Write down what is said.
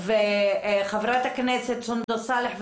חברת הכנסת סונדוס סאלח,